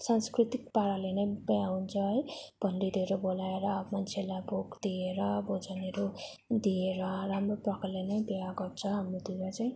सांस्कृतिक पाराले नै बिहा हुन्छ है पन्डितहरू बोलाएर मान्छेहरूलाई भोक दिएर भोजनहरू दिएर राम्रो प्रकारले नै बिहा गर्छ हाम्रोतिर चाहिँ